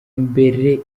mbere